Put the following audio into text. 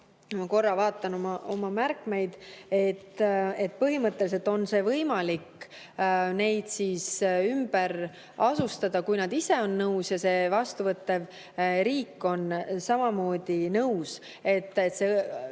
Ma korra vaatan oma märkmeid. Põhimõtteliselt on võimalik neid ümber asustada, kui nad ise on nõus ja vastuvõttev riik on samamoodi nõus,